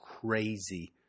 crazy